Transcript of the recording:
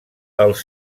els